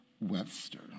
Webster